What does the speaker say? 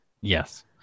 yes